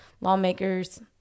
lawmakers